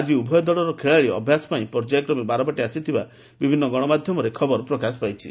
ଆଜି ଉଭୟ ଦଳର ଖେଳାଳି ଅଭ୍ୟାସ ପାଇଁ ପର୍ଯ୍ୟାୟକ୍ରମେ ବାରବାଟୀ ଆସିଥିବା ବିଭିନ୍ନ ଗଣମାଧ୍ଧମରେ ଖବର ପ୍ରକାଶ ପାଇଛି